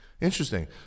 Interesting